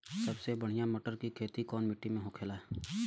सबसे बढ़ियां मटर की खेती कवन मिट्टी में होखेला?